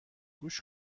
گوش